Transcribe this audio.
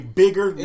bigger